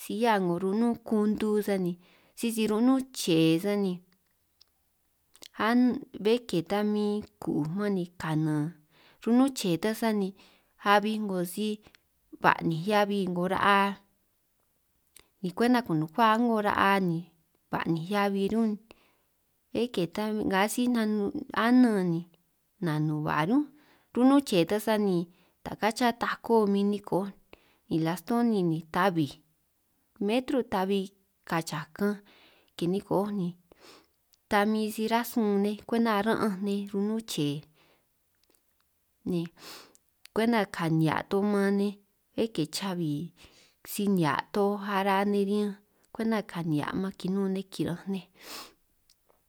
si 'hiá 'ngo ru'nún kuntu sani sisi ru'nun che'e sani bé ke ta min ku'uj man ni kanan, ru'nún che'e ta sani abi 'ngo si ba'ninj heabi 'ngo ra'a ni kwenta kunukua a'ngo ra'a ni ba'ninj heabi rún, bé ke ta min nga síj ananj ni nanuhua ñún ru'nun che'e ta sani ni ta kán chihia takó min nikoj, ni lastoni ni ta bij metro ta'bi ka chakanj kinikoj ni ta min si ránj sunj nej kwenta ra'anj nej ru'nun che'e, ni kwenta ka nihia' toj man nej bé ke chabi si nihia' toj araj nej riñanj kwenta ka nihia' man kinun nej kira'anj nej.